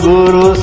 Guru